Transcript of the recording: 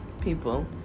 people